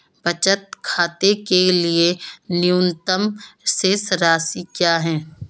बचत खाते के लिए न्यूनतम शेष राशि क्या है?